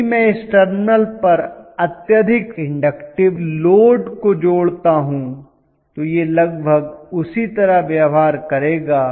यदि मैं इस टर्मिनल पर अत्यधिक इन्डक्टिव लोड को जोड़ता हूं तो यह लगभग उसी तरह व्यवहार करेगा